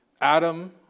Adam